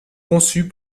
conçus